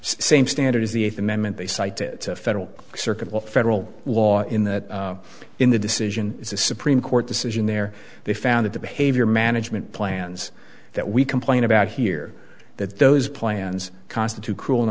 same standard as the eighth amendment they cited federal circuit all federal law in that in the decision is the supreme court decision there they found that the behavior management plans that we complain about here that those plans constitute cruel and